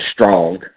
strong